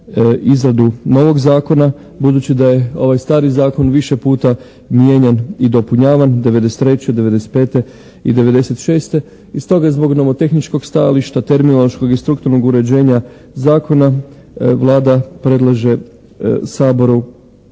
izradu novog zakona budući da je ovaj stari zakon više puta mijenjan i dopunjavan '93., '95. i '96. I stoga, zbog nomotehničkog stajališta, terminološkog i strukturnog uređenja zakona Vlada predlaže Saboru